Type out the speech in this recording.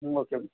ಹ್ಞೂ ಓಕೆ